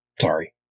sorry